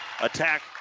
attack